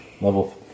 level